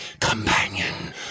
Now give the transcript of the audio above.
companion